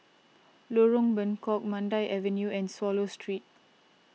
Lorong Bengkok Mandai Avenue and Swallow Street